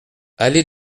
allée